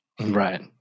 Right